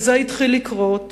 וזה התחיל לקרות